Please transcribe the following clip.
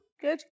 Good